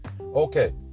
Okay